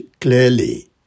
clearly